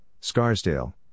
Scarsdale